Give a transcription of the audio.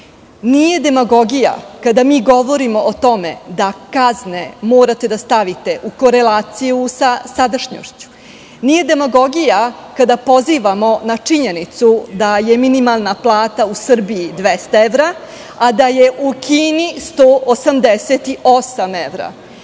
demagogija kada mi govorimo o tome da kazne morate da stavite u korelaciju sa sadašnjošću. Nije demagogija kada pozivamo na činjenicu da je minimalna plata u Srbiji 200 evra, a da je u Kini 188 evra.